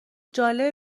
جالبه